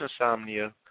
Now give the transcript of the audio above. insomnia